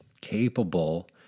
capable